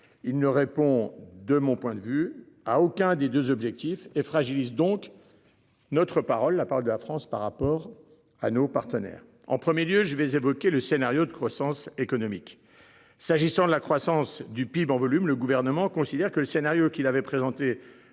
Il ne répond de mon point de vue à aucun des deux objectifs et fragilise donc. Notre parole. La part de la France par rapport à nos partenaires en 1er lieu je vais évoquer le scénario de croissance économique. S'agissant de la croissance du PIB en volume. Le gouvernement considère que le scénario qui l'avait présenté